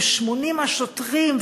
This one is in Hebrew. עם 80 השוטרים,